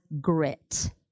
grit